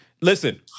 Listen